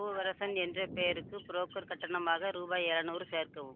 பூவரசன் என்ற பெயருக்கு புரோக்கர் கட்டணமாக ரூபாய் எழுநூறு சேர்க்கவும்